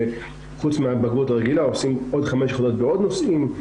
שחוץ מהבגרות הרגילה עושים עוד חמש יחידות בעוד נושאים,